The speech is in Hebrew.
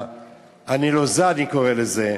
הנלוזה, אני קורא לזה,